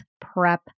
prep